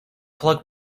plug